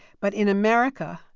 but in america,